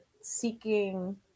seeking